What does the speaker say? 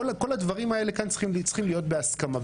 כל הדברים פה צריכים להיות בהסכמה.